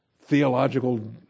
theological